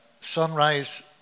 sunrise